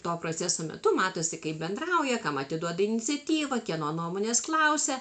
to proceso metu matosi kaip bendrauja kam atiduoda iniciatyvą kieno nuomonės klausia